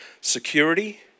security